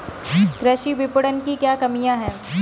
कृषि विपणन की क्या कमियाँ हैं?